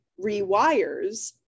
rewires